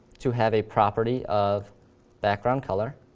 to have a property of background color.